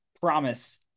promise